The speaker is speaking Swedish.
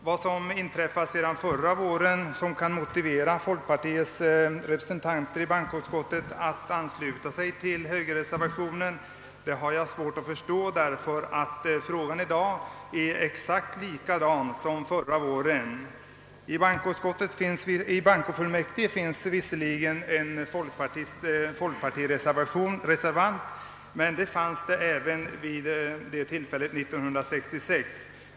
Vad som inträffat sedan förra våren och som kan motivera att folkpartiets representanter i bankoutskottet anslutit sig till högerreservationen, har jag svårt att förstå, eftersom frågan i dag gäller exakt samma sak som förra våren. I bankofullmäktige finns visserligen en folkpartireservant, men så var fallet även år 1966.